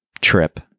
trip